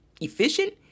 efficient